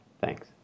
Thanks